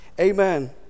Amen